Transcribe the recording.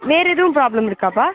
வேறு எதுவும் ப்ராப்ளம் இருக்காப்பா